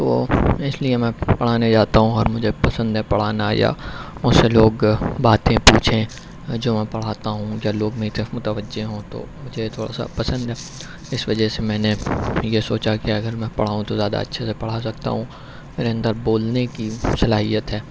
تو اس لیے میں پڑھانے جاتا ہوں اور مجھے پسند ہے پڑھانا یا مجھ سے لوگ باتیں پوچھیں یا جو میں پڑھاتا ہوں یا لوگ میر طرف متوجہ ہوں تو مجھے تھوڑا سا پسند ہے اس وجہ سے میں نے یہ سوچا کہ اگر میں پڑھاؤں تو زیادہ اچھے سے پڑھا سکتا ہوں میرے اندر بولنے کی صلاحیت ہے